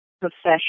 profession